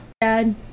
Dad